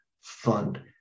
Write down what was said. fund